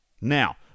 now